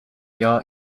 jahr